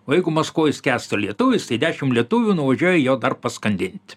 o jeigu maskvoj skęsta lietuvis tai dešim lietuvių nuvažiuoja jo dar paskandint